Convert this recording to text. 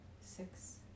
Six